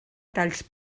talls